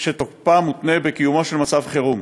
שתוקפה מותנה בקיומו של מצב חירום.